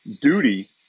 Duty